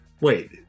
Wait